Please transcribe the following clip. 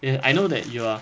eh I know that you are